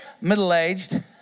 middle-aged